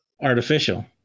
artificial